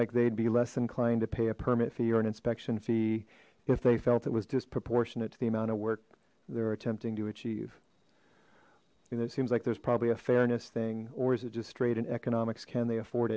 like they'd be less inclined to pay a permit for an inspection fee if they felt it was disproportionate to the amount of work they're attempting to achieve there seems like there's probably a fairness thing or is it just straight and economics can they afford